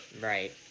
Right